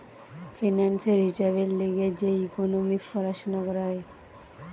ফিন্যান্সের হিসাবের লিগে যে ইকোনোমিক্স পড়াশুনা করা হয়